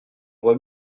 voit